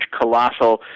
colossal